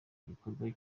gikorwa